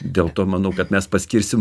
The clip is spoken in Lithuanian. dėl to manau kad mes paskirsim